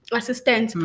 assistant